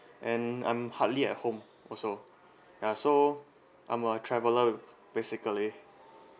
and I'm hardly at home also ya so I'm a traveller basically